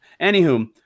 Anywho